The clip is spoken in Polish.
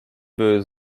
były